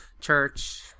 church